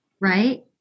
Right